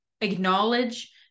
acknowledge